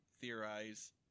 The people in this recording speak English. theorize